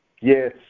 Yes